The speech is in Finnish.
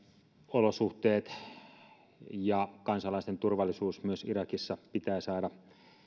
olosuhteet ja kansalaisten turvallisuus myös irakissa pitää saada